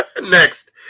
Next